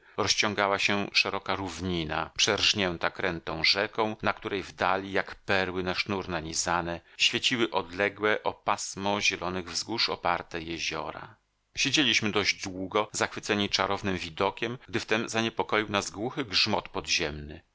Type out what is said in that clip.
rozciągała się szeroka równina przerznięta krętą rzeką na której w dali jak perły na sznur nanizane świeciły odległe o pasmo zielonych wzgórz oparte jeziora siedzieliśmy dość długo zachwyceni czarownym widokiem gdy wtem zaniepokoił nas głuchy grzmot podziemny